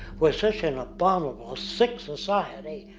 we're such in an abominable, sick society,